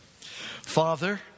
Father